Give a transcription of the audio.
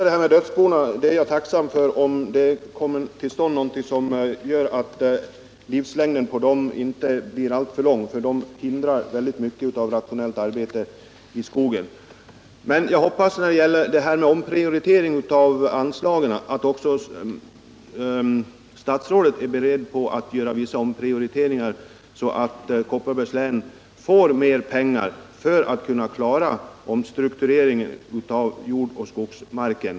Herr talman! Jag är tacksam om det görs någonting för att begränsa den tid under vilken ett dödsbo får bestå, för det hindrar mycket av rationellt arbete i skogen. När det gäller omprioritering av anslagen hoppas jag att också statsrådet är beredd att göra vissa omprioriteringar från departementets sida så att Kopparbergs län får mera pengar för att klara omstruktureringen av jordoch skogsmarken.